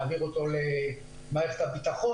אנחנו נעביר אותו למערכת הביטחון?